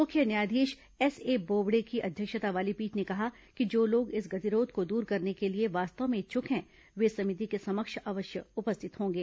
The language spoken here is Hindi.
मुख्य न्यायाधीष एसए बोबड़े की अध्यक्षता वाली पीठ ने कहा कि जो लोग इस गतिरोध को दूर करने के लिए वास्तव में इच्छ्क हैं वे समिति के समक्ष अवष्य उपस्थित होंगे